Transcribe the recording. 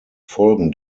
folgen